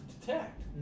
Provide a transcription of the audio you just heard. detect